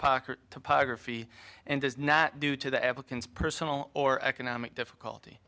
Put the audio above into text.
pocket topography and does not do to the applicant's personal or economic difficulty